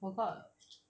forgot